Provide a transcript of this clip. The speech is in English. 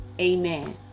amen